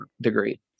degree